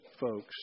folks